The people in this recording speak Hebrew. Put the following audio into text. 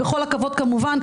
בכל הכבוד כמובן,